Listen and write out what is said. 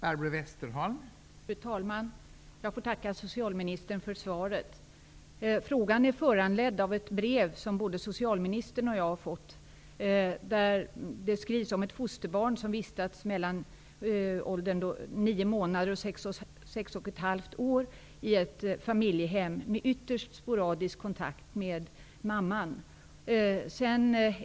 Fru talman! Jag får tacka socialministern för svaret. Frågan är föranledd av ett brev som både socialministern och jag har fått, och det handlar om ett fosterbarn som mellan nio månaders och sex och ett halvt års ålder vistades i ett familjehem, med ytterst sporadisk kontakt med mamman.